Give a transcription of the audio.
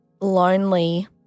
lonely